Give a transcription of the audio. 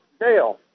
Dale